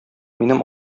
минем